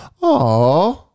Aw